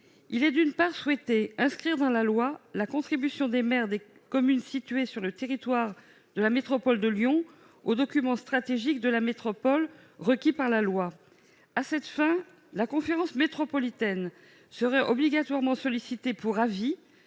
1. Tout d'abord, nous souhaitons inscrire dans la loi la contribution des maires des communes situées sur le territoire de la métropole de Lyon aux documents stratégiques de la métropole requis par la loi. À cette fin, la conférence métropolitaine serait obligatoirement sollicitée pour avis